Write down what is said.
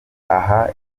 aha